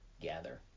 gather